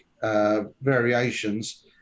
variations